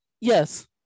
Yes